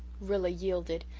rilla yielded,